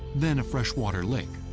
then a freshwater lake.